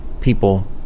people